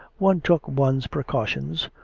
one took one's precautions,